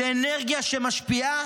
זו אנרגיה שמשפיעה